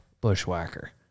bushwhacker